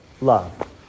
love